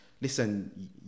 Listen